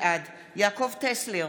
בעד יעקב טסלר,